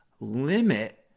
limit